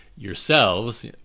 yourselves